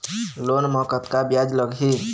Loan म कतका ब्याज लगही?